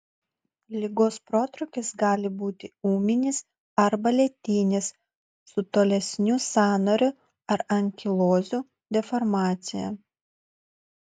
ligos protrūkis gali būti ūminis arba lėtinis su tolesniu sąnarių ar ankilozių deformacija